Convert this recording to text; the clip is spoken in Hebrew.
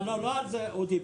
אבל לא על זה דובר.